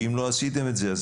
אם לא עשיתם את זה,